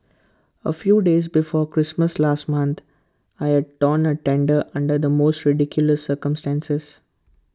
A few days before Christmas last month I had torn A tendon under the most ridiculous circumstances